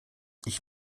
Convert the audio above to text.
ich